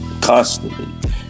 Constantly